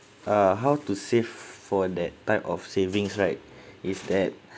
uh how to save for that type of savings right is that